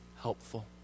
helpful